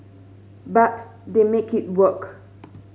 but they make it work